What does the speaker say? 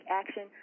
action